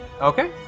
Okay